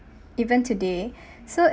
even today so